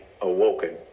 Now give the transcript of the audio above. awoken